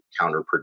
counterproductive